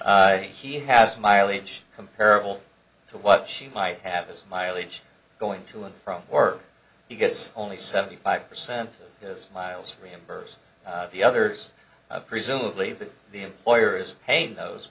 so he has mileage comparable to what she might have this mileage going to and from work he gets only seventy five percent his miles reimbursed the others presumably the employer is paying those